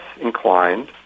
inclined